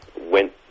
went